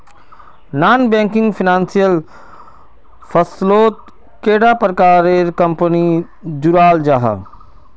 Non banking financial फसलोत कैडा प्रकारेर कंपनी जुराल जाहा?